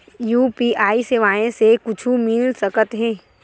UPI सेवाएं से कुछु मिल सकत हे?